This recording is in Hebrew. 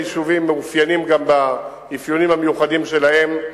וכל היישובים מתאפיינים גם במאפיינים המיוחדים שלהם.